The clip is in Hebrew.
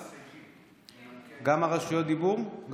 המסתייגים, מנמקי ההסתייגויות.